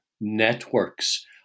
networks